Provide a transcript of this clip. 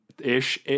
ish